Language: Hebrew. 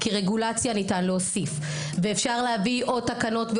כי רגולציה ניתן להוסיף ואפשר להביא עוד תקנות,